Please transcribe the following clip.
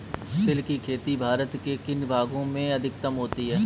तिल की खेती भारत के किन भागों में अधिकतम होती है?